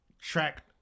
track